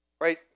right